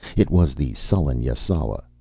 it was the sullen yasala,